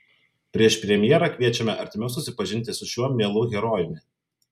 prieš premjerą kviečiame artimiau susipažinti su šiuo mielu herojumi